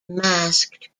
masked